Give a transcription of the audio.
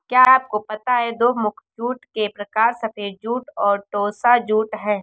क्या आपको पता है दो मुख्य जूट के प्रकार सफ़ेद जूट और टोसा जूट है